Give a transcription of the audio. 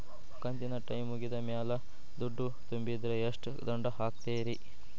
ಕಂತಿನ ಟೈಮ್ ಮುಗಿದ ಮ್ಯಾಲ್ ದುಡ್ಡು ತುಂಬಿದ್ರ, ಎಷ್ಟ ದಂಡ ಹಾಕ್ತೇರಿ?